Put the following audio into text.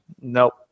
Nope